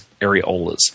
areolas